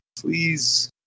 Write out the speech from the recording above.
please